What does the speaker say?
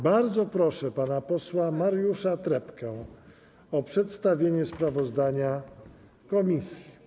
Bardzo proszę pana posła Mariusza Trepkę o przedstawienie sprawozdania komisji.